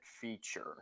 feature